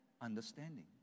understanding